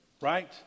Right